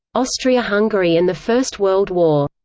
austria-hungary and the first world war.